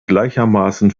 gleichermaßen